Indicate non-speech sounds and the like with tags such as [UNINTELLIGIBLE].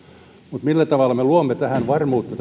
mutta se millä tavalla me luomme varmuutta [UNINTELLIGIBLE]